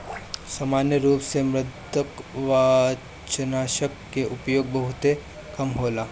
सामान्य रूप से मृदुकवचनाशक के उपयोग बहुते कम होला